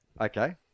okay